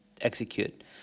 execute